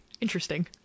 Interesting